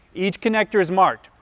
each connector is marked,